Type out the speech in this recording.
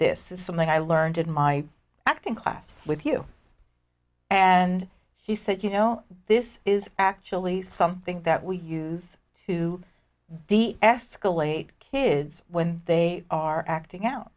this is something i learned in my acting class with you and he said you know this is actually something that we use to deescalate kids when they are acting out